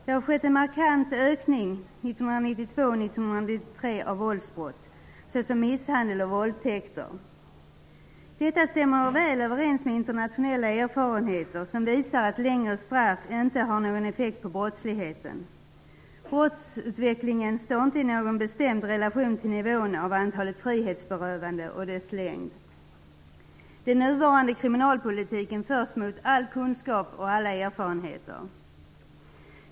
Det har skett en markant ökning 1992 och 1993 av våldsbrott, så som misshandel och våldtäkter. Detta stämmer väl överens med internationella erfarenheter som visar att längre straff inte har någon effekt på brottsligheten. Brottsutvecklingen står inte i någon bestämd relation till antalet frihetsberövanden och deras längd. Den nuvarande kriminalpolitiken förs mot all kunskap och alla erfarenheter.